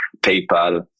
PayPal